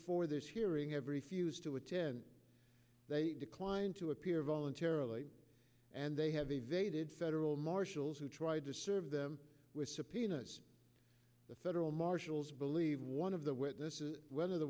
for this hearing every fuse to attend they declined to appear voluntarily and they have evaded federal marshals who tried to serve them with subpoenas the federal marshals believe one of the witnesses whether the